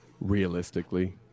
Realistically